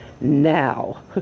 now